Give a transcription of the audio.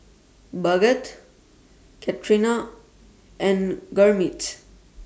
Bhagat Ketna and Gurmeet